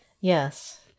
Yes